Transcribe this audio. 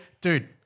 dude